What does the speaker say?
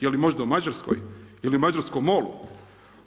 Jeli možda u Mađarskoj ili u mađarskom MOL-u?